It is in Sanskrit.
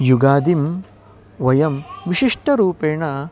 युगादिं वयं विशिष्टरूपेण